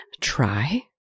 try